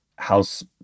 House